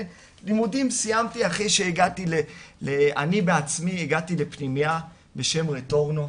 את הלימודים סיימתי אחרי שאני בעצמי הגעתי לפנימייה בשם "רטורנו",